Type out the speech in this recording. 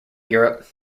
europe